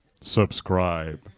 Subscribe